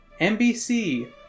NBC